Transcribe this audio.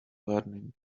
learning